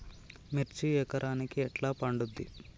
మిర్చి ఎకరానికి ఎట్లా పండుద్ధి?